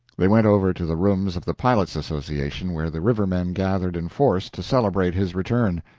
they went over to the rooms of the pilots' association, where the river-men gathered in force to celebrate his return.